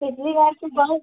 पिछली बार से बहुत